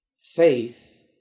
Faith